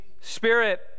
Spirit